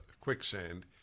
quicksand